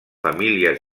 famílies